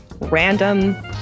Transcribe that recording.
random